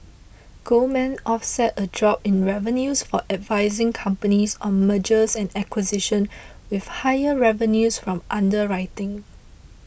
Goldman offset a drop in revenues for advising companies on mergers and acquisition with higher revenues from underwriting